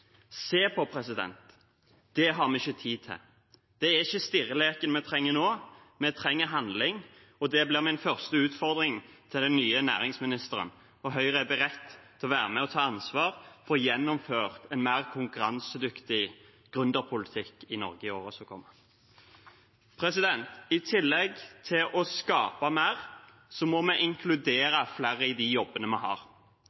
det har vi ikke tid til. Det er ikke stirreleken vi trenger nå. Vi trenger handling. Det blir min første utfordring til den nye næringsministeren, og Høyre er beredt til å være med og ta ansvar for å gjennomføre en mer konkurransedyktig gründerpolitikk i Norge i årene som kommer. I tillegg til å skape mer må vi inkludere flere i de jobbene vi har.